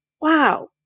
Wow